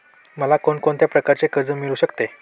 मला कोण कोणत्या प्रकारचे कर्ज मिळू शकते?